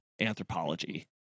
anthropology